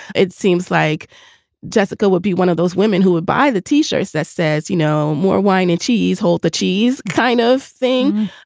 it seems like jessica would be one of those women who would buy the t-shirts that says, you know, more wine and cheese, hold the cheese kind of thing,